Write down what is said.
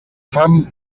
fam